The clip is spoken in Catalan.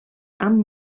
amb